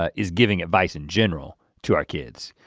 ah is giving advice in general to our kids.